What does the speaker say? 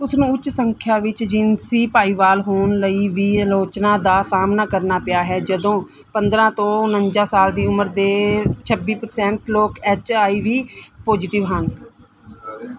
ਉਸ ਨੂੰ ਉੱਚ ਸੰਖਿਆ ਵਿੱਚ ਜਿਨਸੀ ਭਾਈਵਾਲ ਹੋਣ ਲਈ ਵੀ ਆਲੋਚਨਾ ਦਾ ਸਾਹਮਣਾ ਕਰਨਾ ਪਿਆ ਹੈ ਜਦੋਂ ਪੰਦਰ੍ਹਾਂ ਤੋਂ ਉਣੰਜਾ ਸਾਲ ਦੀ ਉਮਰ ਦੇ ਛੱਬੀ ਪਰਸੈਂਟ ਲੋਕ ਐਚ ਆਈ ਵੀ ਪੋਜ਼ਿਟਿਵ ਹਨ